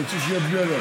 אני רוצה שגם הוא יצביע.